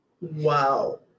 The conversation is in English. Wow